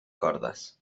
cordes